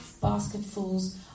basketfuls